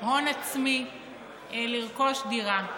הון עצמי לרכוש דירה.